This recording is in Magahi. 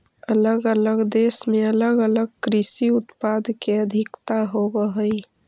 अलग अलग देश में अलग अलग कृषि उत्पाद के अधिकता होवऽ हई